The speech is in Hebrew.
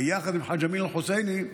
ביחד חאג' אמין אל-חוסייני,